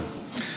שנה טובה,